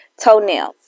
toenails